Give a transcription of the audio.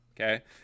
okay